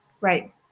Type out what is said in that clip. right